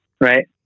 Right